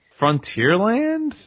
Frontierland